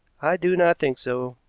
i do not think so,